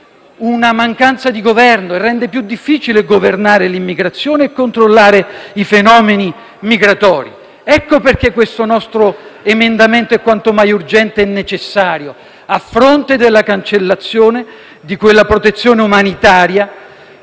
una mancanza di Governo e rende più difficile governare l'immigrazione e controllare i fenomeni migratori. Ecco perché il nostro emendamento è quanto mai urgente e necessario. A fronte della cancellazione di quella protezione umanitaria,